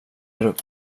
grupp